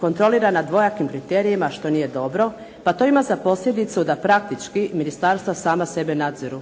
kontrolirana dvojakim kriterijima što nije dobro pa to ima za posljedicu da praktički ministarstva sama sebe nadziru.